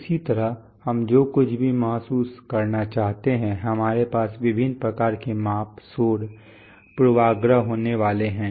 इसी तरह हम जो कुछ भी महसूस करना चाहते हैं हमारे पास विभिन्न प्रकार के माप शोर पूर्वाग्रह होने वाले हैं